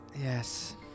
Yes